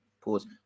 pause